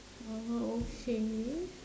uh okay